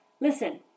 Listen